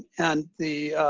and the